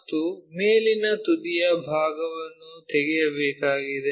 ಮತ್ತು ಮೇಲಿನ ತುದಿಯ ಭಾಗವನ್ನು ತೆಗೆದುಹಾಕಬೇಕಾಗಿದೆ